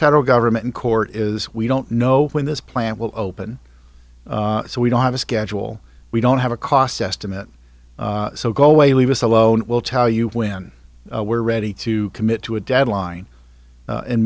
federal government in court is we don't know when this plant will open so we don't have a schedule we don't have a cost estimate so go away leave us alone we'll tell you when we're ready to commit to a